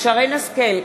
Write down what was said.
שרן השכל,